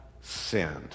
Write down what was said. sinned